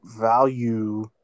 value